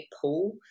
pull